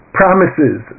promises